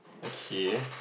okay